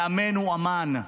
מאמן הוא אומן.